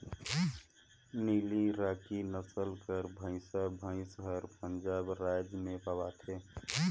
नीली राकी नसल कर भंइसा भंइस हर पंजाब राएज में पवाथे